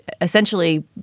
essentially